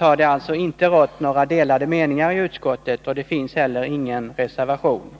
har alltså inte rått några delade meningar i utskottet om de förutsättningar som finns, och det finns heller ingen reservation.